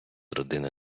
родини